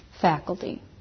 faculty